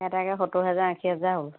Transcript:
এটাতে সত্তৰহেজাৰ আশী হেজাৰ হ'ব